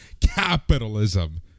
capitalism